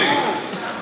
יעבדו.